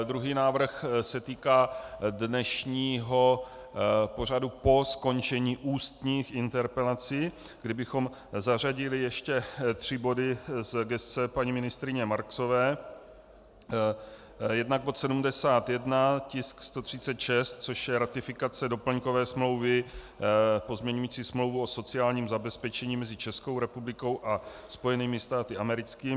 Druhý návrh se týká dnešního pořadu po skončení ústních interpelací, kdy bychom zařadili ještě tři body z gesce paní ministryně Marksové, jednak bod 71, tisk 136, což je ratifikace Doplňkové smlouvy pozměňující Smlouvu o sociálním zabezpečení mezi Českou republikou a Spojenými státy americkými.